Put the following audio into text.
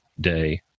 Day